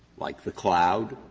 like the cloud,